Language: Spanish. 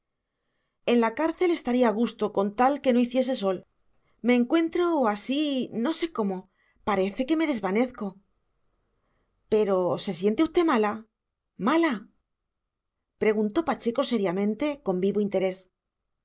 en la cárcel estaría a gusto con tal que no hiciese sol me encuentro así no sé cómo parece que me desvanezco pero se siente usted mala mala preguntó pacheco seriamente con vivo interés